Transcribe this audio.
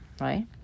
right